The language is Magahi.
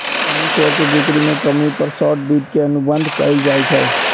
कोनो शेयर के बिक्री में कमी पर शॉर्ट वित्त के अनुबंध कएल जाई छई